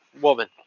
woman